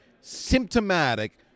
symptomatic